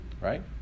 right